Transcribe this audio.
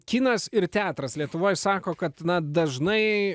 kinas ir teatras lietuvoj sako kad dažnai